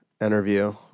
interview